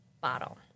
bottle